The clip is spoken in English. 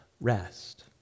rest